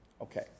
Okay